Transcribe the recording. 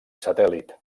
satèl·lit